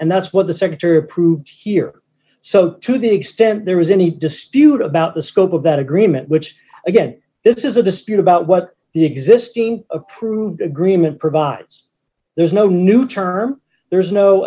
and that's what the secretary approved here so to the extent there was any dispute about the scope of that agreement which again this is a dispute about what the existing approved agreement provides there's no new term there's no